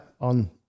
on